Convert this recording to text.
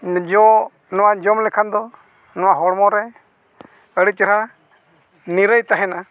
ᱡᱚ ᱱᱚᱣᱟ ᱡᱚᱢ ᱞᱮᱠᱷᱟᱱ ᱫᱚ ᱱᱚᱣᱟ ᱦᱚᱲᱢᱚ ᱨᱮ ᱟᱹᱰᱤ ᱪᱮᱦᱨᱟ ᱱᱤᱨᱟᱹᱭ ᱛᱟᱦᱮᱱᱟ